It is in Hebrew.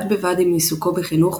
בד בבד עם עיסוקו בחינוך,